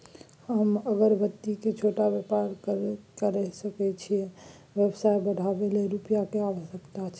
हम अगरबत्ती के छोट व्यापार करै छियै व्यवसाय बढाबै लै रुपिया के आवश्यकता छै?